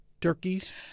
turkeys